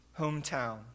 hometown